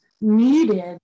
needed